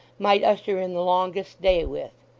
might usher in the longest day with.